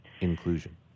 inclusion